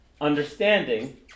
understanding